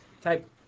type